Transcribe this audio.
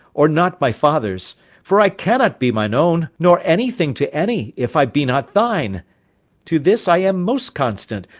or not my father's for i cannot be mine own, nor anything to any, if i be not thine to this i am most constant,